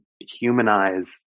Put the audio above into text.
humanize